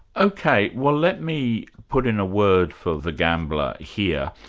ok, well let me put in a word for the gambler here.